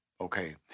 Okay